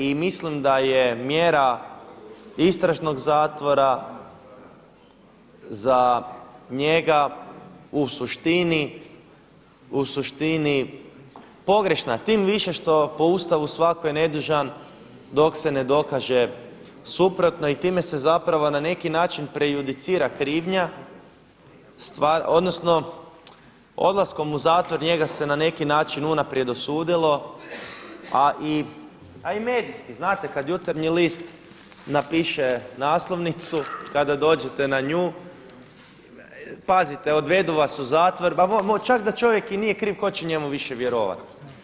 I mislim da je mjera istražnog zatvora za njega u suštini pogrešna tim više što po Ustavu svatko je nedužan dok se ne dokaže suprotno i time se zapravo na neki način prejudicira krivnja, odnosno odlaskom u zatvor njega se na neki način unaprijed osudilo a i, a i medijski, znate kada Jutarnji list napiše naslovnicu, kada dođete na nju, pazite odvedu vas u zatvor, pa čak da čovjek i nije kriv tko će njemu više vjerovati.